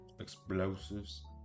Explosives